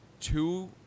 two